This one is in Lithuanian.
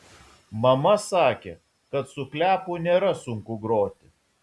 mama sakė kad su kliapu nėra sunku groti